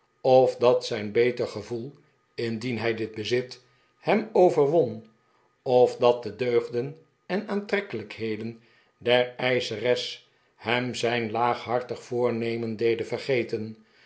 of dat zijn beter gevoel indien hij dit bezit hem overwon of dat de deugden en aantrekkelijkheden der eischeres hem zijn laaghartig voornemen deden vergeten